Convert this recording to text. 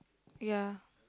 ya